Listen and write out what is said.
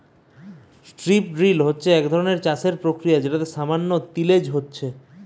strip drill হতিছে এক ধরণের চাষের প্রক্রিয়া যেটাতে সামান্য তিলেজ হতিছে